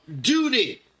duty